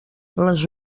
les